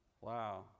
Wow